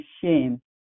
shame